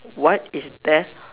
what is the